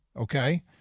okay